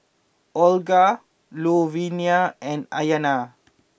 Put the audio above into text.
Olga Louvenia and Ayana